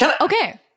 Okay